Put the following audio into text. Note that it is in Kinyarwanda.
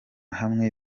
hamwe